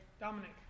Dominic